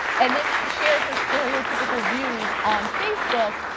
and then she shared her stereotypical views on facebook,